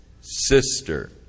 sister